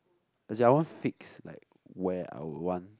as I want fix like where I would want